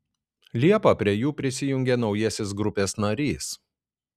liepą prie jų prisijungė naujasis grupės narys